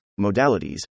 modalities